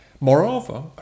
Moreover